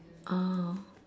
ah